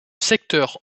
secteur